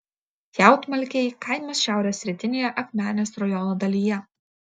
jautmalkiai kaimas šiaurės rytinėje akmenės rajono dalyje